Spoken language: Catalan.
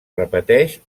repeteix